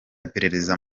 iperereza